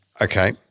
Okay